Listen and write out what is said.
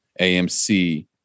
AMC